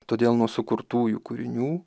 todėl nuo sukurtųjų kūrinių